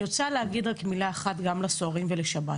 אני רוצה להגיד מילה אחת גם לסוהרים ולשב"ס.